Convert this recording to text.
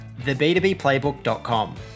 theb2bplaybook.com